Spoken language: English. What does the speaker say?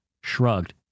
shrugged